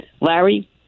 Larry